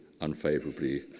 unfavorably